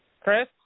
Chris